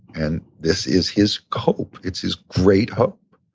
and this is his hope. it's his great hope.